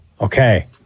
Okay